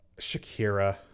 Shakira